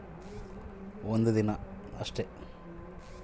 Account open ಮಾಡಲು ಎಷ್ಟು ದಿನ ಕಾಯಬೇಕು?